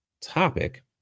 topic